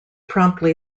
promptly